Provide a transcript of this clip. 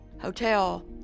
hotel